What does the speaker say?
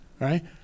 right